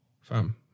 Fam